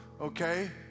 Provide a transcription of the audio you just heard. okay